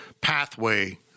pathway